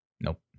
Nope